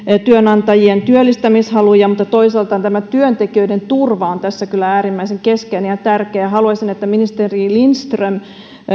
työnantajien työllistämishaluja mutta toisaalta työntekijöiden turva on tässä kyllä äärimmäisen keskeinen ja tärkeä asia haluaisin että ministeri lindström